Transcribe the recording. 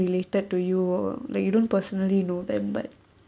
related to you like you don't personally know them but